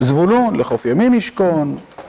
זבולון לחוף ימים ישכון